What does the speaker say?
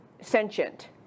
sentient